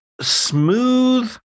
smooth